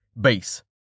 Base